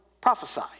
prophesy